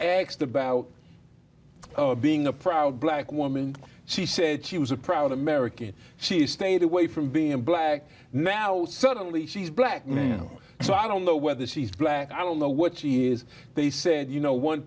axed about being a proud black woman she said she was a proud american she stayed away from being black now suddenly she's black now so i don't know whether she's black i don't know what she is they said you know one